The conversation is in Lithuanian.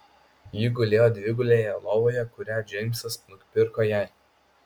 ji gulėjo dvigulėje lovoje kurią džeimsas nupirko jai